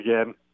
again